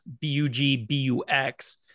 B-U-G-B-U-X